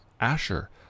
Asher